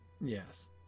Yes